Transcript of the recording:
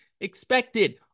expected